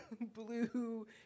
blue